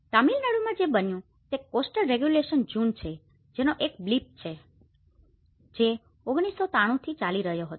તમિળનાડુમાં જે બન્યું તે કોસ્ટલ રેગ્યુલેશન જૂન છે જેનો એક બ્લિપ છે જે 1993 થી ચાલી રહ્યો હતો